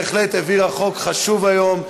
הכנסת בהחלט העבירה חוק חשוב היום,